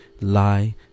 lie